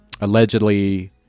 allegedly